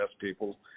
people